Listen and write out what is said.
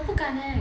我不敢 leh